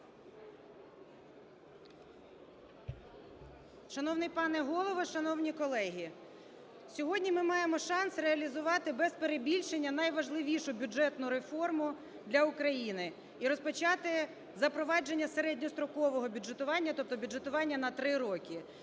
Шановний пане Голово, шановні колеги! Сьогодні ми маємо шанс реалізувати, без перебільшення, найважливішу бюджетну реформу для України і розпочати запровадження середньострокового бюджетування, тобто бюджетування на три роки.